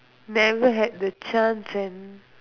never had the chance and